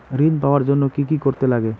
ঋণ পাওয়ার জন্য কি কি করতে লাগে?